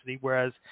whereas